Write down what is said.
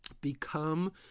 Become